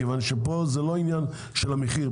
מכיוון שפה זה לא עניין של מחיר,